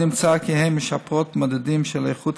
עוד נמצא כי הן משפרות מדדים של איכות